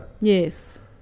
Yes